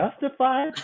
Justified